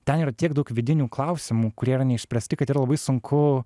ten yra tiek daug vidinių klausimų kurie yra neišspręsti kad yra labai sunku